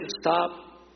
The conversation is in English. stop